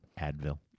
Advil